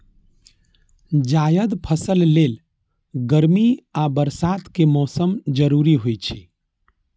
जायद फसल लेल गर्मी आ बरसात के मौसम जरूरी होइ छै